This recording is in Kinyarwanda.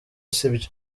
sibyo